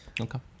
Okay